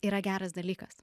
yra geras dalykas